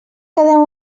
quedem